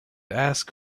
ask